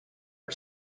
and